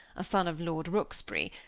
a son of lord rooksbury,